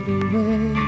away